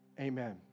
Amen